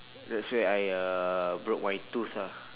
that's where I uh broke my tooth ah